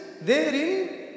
therein